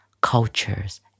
cultures